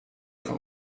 van